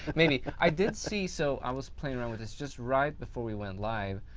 maybe. i did see, so i was playing around with this just right before we went live.